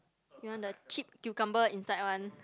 you want the cheap cucumber inside one